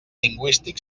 lingüístic